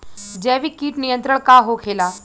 जैविक कीट नियंत्रण का होखेला?